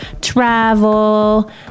travel